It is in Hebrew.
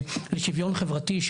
לשוויון חברתי,